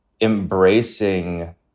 embracing